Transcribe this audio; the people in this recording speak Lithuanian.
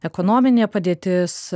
ekonominė padėtis